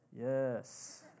Yes